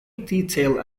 detail